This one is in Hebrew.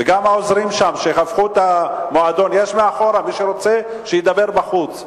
וגם העוזרים שם, יש מאחור, מי שרוצה שידבר בחוץ.